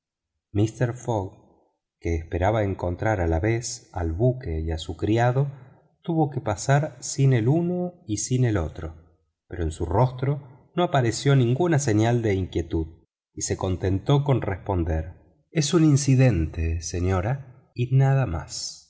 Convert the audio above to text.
que esperaba encontrar a la vez el buque y a su criado tuvo que pasar sin el uno y sin el otro pero en su rostro no apareció ninguna señal de inquietud y se contentó con responder es un incidente señora y nada más